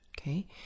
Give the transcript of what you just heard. Okay